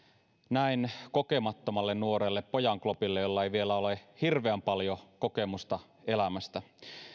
näin kokemattomalle nuorelle pojanklopille jolla ei vielä ole hirveän paljon kokemusta elämästä